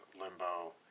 limbo